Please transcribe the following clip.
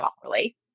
properly